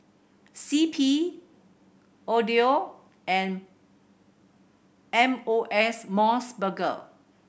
C P Odlo and M O S More Burger